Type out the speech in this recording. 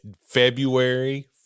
february